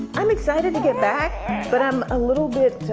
i'm excited to get back but i'm a little bit